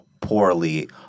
poorly